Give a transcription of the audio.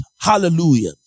Hallelujah